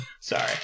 Sorry